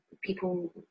people